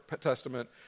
Testament